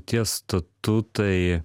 tie statutai